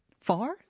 far